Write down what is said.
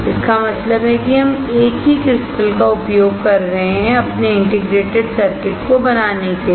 इसका मतलब है कि हम एक ही क्रिस्टल का उपयोग कर रहे हैं अपने इंटीग्रेटेड सर्किट को बनाने के लिए